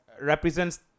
Represents